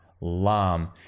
lam